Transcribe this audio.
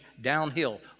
downhill